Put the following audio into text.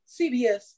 CBS